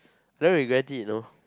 never regret it you know